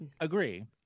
agree